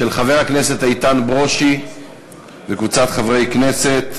של חבר הכנסת איתן ברושי וקבוצת חברי הכנסת.